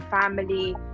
family